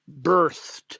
birthed